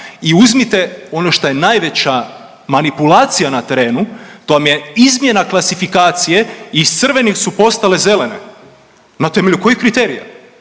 i uzmite ono što je najveća manipulacija na terenu to vam je izmjena klasifikacije iz crvenih su postale zelene. Na temelju kojih kriterija?